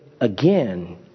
again